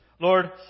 Lord